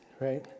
Right